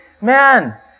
man